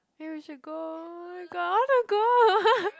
hey we should go my god I want to go